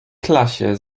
klasie